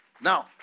Now